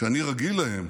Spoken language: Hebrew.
שאני רגיל להן,